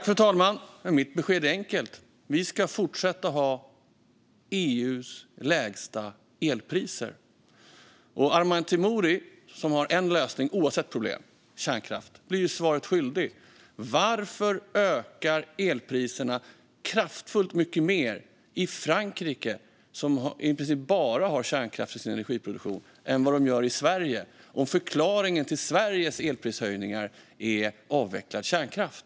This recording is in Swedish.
Fru talman! Mitt besked är enkelt: Vi ska fortsätta att ha EU:s lägsta elpriser. Arman Teimouri har en lösning oavsett problem: kärnkraft, men han blir svaret skyldig. Varför ökar elpriserna mycket mer kraftfullt i Frankrike, som i princip bara har kärnkraft i sin energiproduktion, än vad de gör i Sverige om förklaringen till Sveriges elprishöjningar är avvecklingen av kärnkraft?